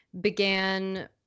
began